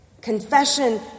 Confession